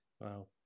Wow